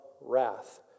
wrath